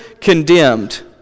condemned